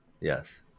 yes